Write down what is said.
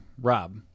Rob